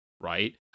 right